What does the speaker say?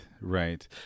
right